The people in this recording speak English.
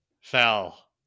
fell